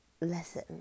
lesson